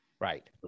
Right